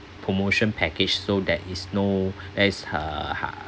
promotion package so that is no there's uh ha